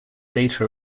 data